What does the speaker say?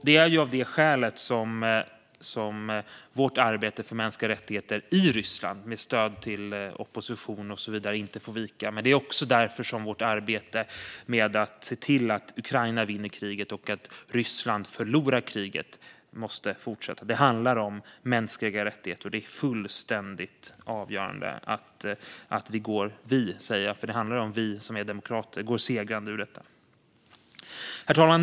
Det är av det skälet som vårt arbete för mänskliga rättigheter i Ryssland med stöd till opposition och så vidare inte får vika. Det är också därför som vårt arbete med att se till att Ukraina vinner kriget och att Ryssland förlorar kriget måste fortsätta. Det handlar om mänskliga rättigheter. Det är fullständigt avgörande att vi som är demokrater går segrande ur detta. Herr talman!